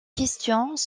questions